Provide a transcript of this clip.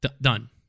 Done